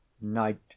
night